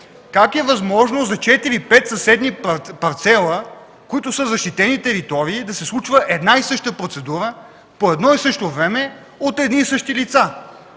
Как е възможно за 4-5 съседни парцела, които са защитени територии, да се случва една и съща процедура по едно и също време – от едни и същи лица?!